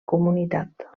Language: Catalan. comunitat